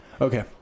Okay